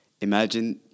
Imagine